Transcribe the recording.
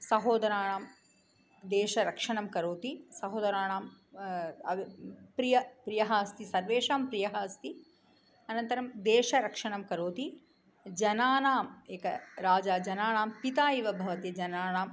सहोदराणां देशरक्षणं करोति सहोदराणां अव् प्रियः प्रियः अस्ति सर्वेषां प्रियः अस्ति अनन्तरं देशरक्षणं करोति जनानाम् एकः राजा जनानां पिता इव भवति जनानाम्